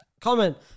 comment